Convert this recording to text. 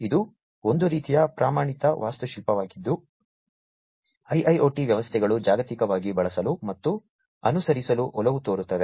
ಇದು ಒಂದು ರೀತಿಯ ಪ್ರಮಾಣಿತ ವಾಸ್ತುಶಿಲ್ಪವಾಗಿದ್ದು IIoT ವ್ಯವಸ್ಥೆಗಳು ಜಾಗತಿಕವಾಗಿ ಬಳಸಲು ಮತ್ತು ಅನುಸರಿಸಲು ಒಲವು ತೋರುತ್ತವೆ